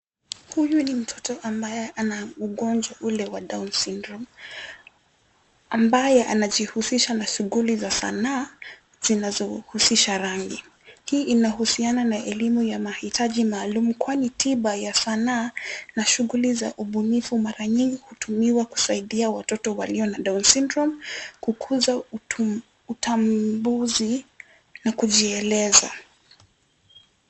Huyu ni mtoto ambaye ana ugonjwa ule wa down syndrome ambaye anajihusisha na shughuli za sanaa zinazohusisha rangi. Hii inahusiana na elimu ya mahitaji maalum, kwani tiba ya sanaa na shughuli za ubunifu mara nyingi hutumiwa kusaidia watoto walio na down syndrome kukuza utambuzi na kujieleza.